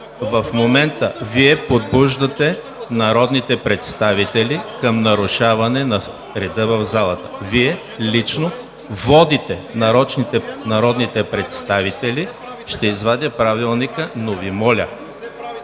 в момента Вие подбуждате народните представители към нарушаване на реда в залата. Вие лично водите народните представители... (Реплики от